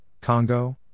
Congo